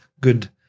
good